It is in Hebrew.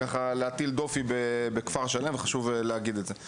להטיל דופי בכפר שלם ולכן חשוב לי להגיד את זה.